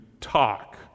talk